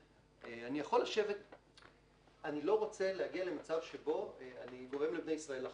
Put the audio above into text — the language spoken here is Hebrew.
אני לא רוצה להגיע למצב שבו אני גורם לבני ישראל לחטוא.